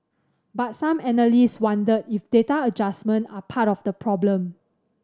but some analyst wonder if data adjustment are part of the problem